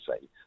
say